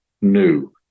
new